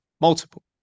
multiple